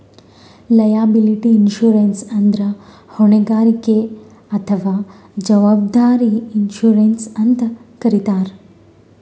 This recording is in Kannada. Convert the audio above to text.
ಲಯಾಬಿಲಿಟಿ ಇನ್ಶೂರೆನ್ಸ್ ಅಂದ್ರ ಹೊಣೆಗಾರಿಕೆ ಅಥವಾ ಜವಾಬ್ದಾರಿ ಇನ್ಶೂರೆನ್ಸ್ ಅಂತ್ ಕರಿತಾರ್